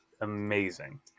amazing